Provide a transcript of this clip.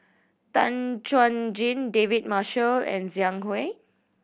Tan Chuan Jin David Marshall and Zhang Hui